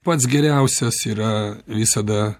pats geriausias yra visada